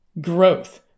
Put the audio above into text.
growth